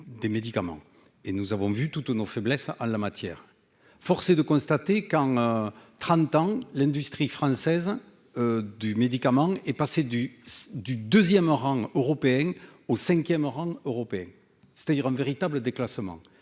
des médicaments et nous avons vu toutes nos faiblesses en la matière, force est de constater qu'en 30 ans, l'industrie française du médicament est passé du du 2ème rang européen au 5ème rang européen, c'est-à-dire un véritable déclassement